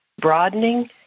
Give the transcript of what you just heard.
broadening